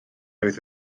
oedd